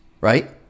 right